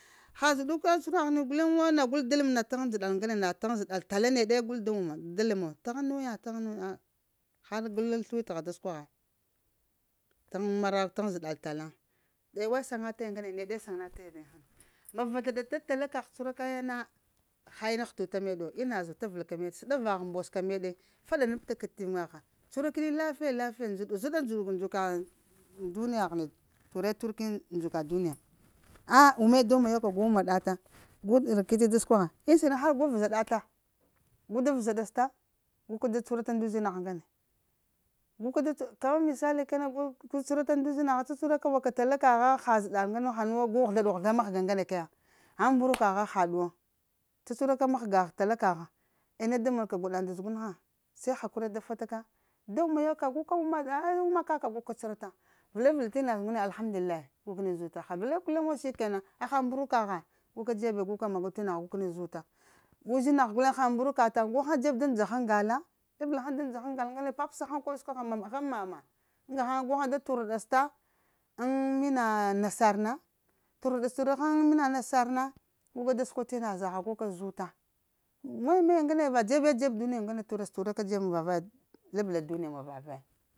Ha zəɗuka cuhura ghni guleŋ wo na gul da ləm, na na tagham zəɗa tala neɗe gul da wana da tə ləmo taghaŋ naya a taghaŋ nuya, har gu laŋ shwitəgha səkwagha da taghaŋ zəɗal tala aya we saŋga taya ŋgane neɗe saŋa teya. Ma vazla ɗa tal tala kagh cuhura ya na ha ina hututa meɗ wo ina zo tavəl ka meŋ səɗaghva mboz ka meɗe faɗa-nab-taka ivuŋa gha cuhura kəni lafiya-lafiya zəɗa ndzuka ndzuka ghini ndzuka duniya zhəni, ture tur kəni ndzuka duniya. A wuma da wuma yo ka gu wuma ɗa ta, gu rakici d səkwagha unda siɗ har gu vəzəɗata gu da vəzaɗasta guka da cuhura ta ndu uzinagh ŋgane kaman misai kane su ka da cuhura ta ndu uzinah ŋgane cacuhura ka nda uzinagha uka tala kagha ha zəɗal har nogho ghəzla-ɗu-ghəzla mahga ŋgane kaya pghan mburukagha haɗuwo, cacuhura ka mahgagh tala kagha. Aye ne da man ka gwaɗagh nda zəgunha, se hakuri ye da fataka, da wuma kaka aya a wuma kaka gu ka cuhurata ta vəla ɗa vəlaɗ t'na zə ŋgane alhamdulillahi, gu kəni zuta, vəla da ba guleŋe sikenan, pha mbruka gha, guka dzebe gu kəni magu tina ha gu kəni zuta, gu uzinagh guleŋ aha mbruka taŋ gu hŋaŋ dzeb daŋ dzahaŋghala, labla haŋ da dzahaŋgal ŋgane papsa haŋ koɓo səkwagha pghaŋ mama a ga ghaŋ gu ghaŋ da tueaɗasta ŋ mima nasar na, turaɗes tura ghaŋ ŋ mina nasar na, guka da səkwa t'na zaha guka zuta maya-maya tures tura ka duniya ŋgane, va dzebe-dzeb dunya ŋgane mu va vaya, labla duniya mu va vaya.